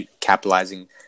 capitalizing